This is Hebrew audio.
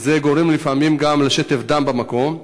וזה גורם לפעמים גם לשטף דם במקום.